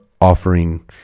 offering